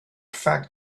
fact